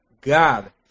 God